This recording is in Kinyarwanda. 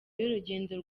y’urugendo